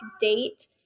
date